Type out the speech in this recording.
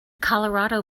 colorado